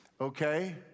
Okay